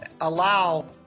allow